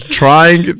trying